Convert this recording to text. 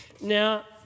Now